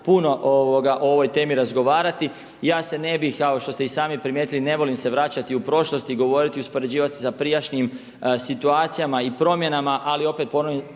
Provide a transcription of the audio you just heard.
puno o ovoj temi razgovarati, ja se ne bih kao što ste i sami primijetili ne volim se vraćati u prošlost i govoriti i uspoređivati se sa prijašnjim situacijama i promjenama ali opet ponavljam